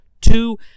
Two